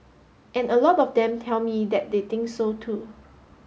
and a lot of them tell me that they think so too